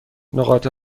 نقاط